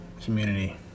community